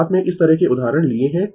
शुरूवात में इस तरह के उदाहरण लिए है